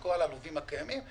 חלקו על הלווים הקיימים,